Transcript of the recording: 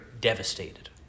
devastated